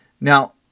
Now